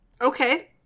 okay